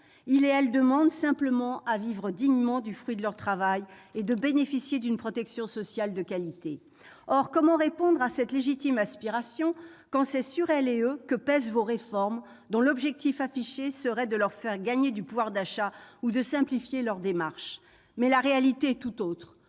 personnes demandent simplement à vivre dignement du fruit de leur travail et à bénéficier d'une protection sociale de qualité. Or comment répondre à cette légitime aspiration quand c'est sur elles que pèsent vos réformes, dont l'objectif affiché serait de leur faire gagner du pouvoir d'achat ou de simplifier leurs démarches ? La réalité est tout autre.